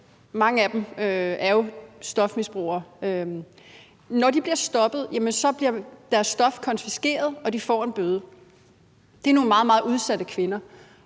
mange af dem er jo stofmisbrugere – så bliver deres stof konfiskeret, og de får en bøde. Det er nogle meget, meget udsatte kvinder,